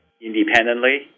independently